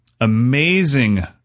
amazing